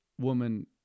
woman